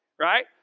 right